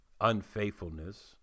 unfaithfulness